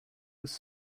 was